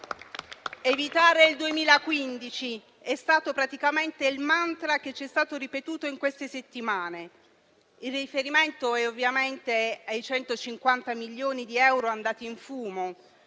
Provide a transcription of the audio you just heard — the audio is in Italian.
Evitare il 2015 è stato praticamente il *mantra* che ci è stato ripetuto in queste settimane: il riferimento è ovviamente ai 150 milioni di euro andati in fumo,